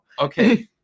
Okay